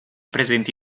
presenti